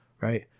right